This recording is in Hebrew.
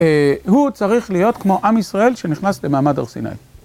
הוא צריך להיות כמו עם ישראל שנכנס למעמד הר סיני.